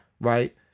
Right